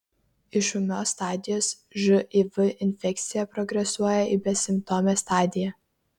iš ūmios stadijos živ infekcija progresuoja į besimptomę stadiją